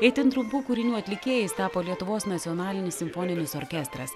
itin trumpų kūrinių atlikėjais tapo lietuvos nacionalinis simfoninis orkestras